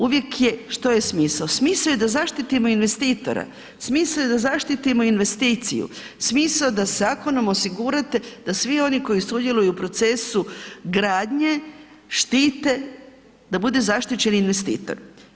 Uvijek je, što je smisao, smisao je da zaštitimo investitora, smisao je da zaštitimo investiciju, smisao da zakonom osigurate da svi oni koji sudjeluju u procesu gradnje štite da bude zaštićen investitor.